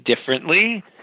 differently